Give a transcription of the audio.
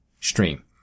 stream